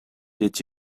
did